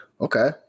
Okay